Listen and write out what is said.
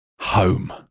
Home